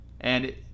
And